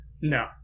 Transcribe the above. No